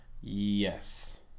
yes